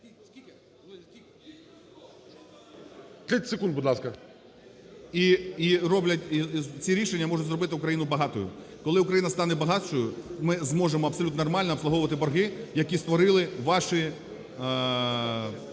І роблять… і ці рішення можуть зробити Україну багатою. Коли Україна стане багатшою, ми зможемо абсолютно нормально обслуговувати борги, які створили ваші…